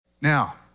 Now